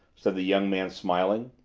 said the young man smiling.